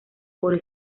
por